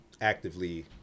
actively